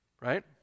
Right